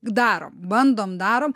darom bandom darom